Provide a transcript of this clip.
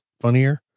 funnier